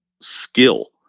skill